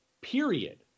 period